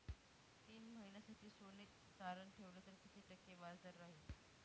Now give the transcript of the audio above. तीन महिन्यासाठी सोने तारण ठेवले तर किती टक्के व्याजदर राहिल?